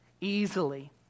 easily